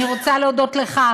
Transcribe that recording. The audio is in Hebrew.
אני רוצה להודות לך,